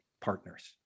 partners